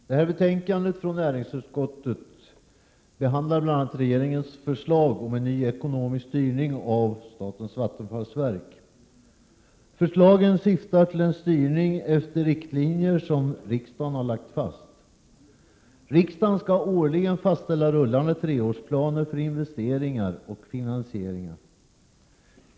Herr talman! Utskottsbetänkandet behandlar bl.a. regeringens förslag om ny ekonomisk styrning av statens vattenfallsverk. Förslagen syftar till en styrning efter riktlinjer som riksdagen har lagt fast. Riksdagen skall årligen fastställa rullande treårsplaner för investeringar och finansiering.